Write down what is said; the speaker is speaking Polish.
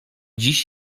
dziś